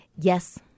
Yes